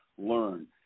learn